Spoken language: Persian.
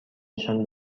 نشان